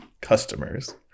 customers